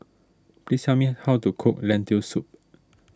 please tell me how to cook Lentil Soup